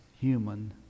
human